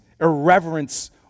irreverence